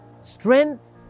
strength